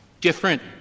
Different